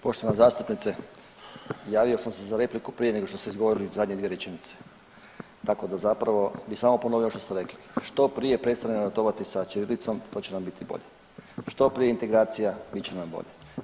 Poštovana zastupnice, javio sam se za repliku prije nego što ste izgovorili zadnje dvije rečenice tako da zapravo bi samo ponovio ono što ste rekli, što prije prestanemo ratovati sa ćirilicom to će nam biti bolje, što prije integracija bit će nam bolje.